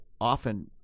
often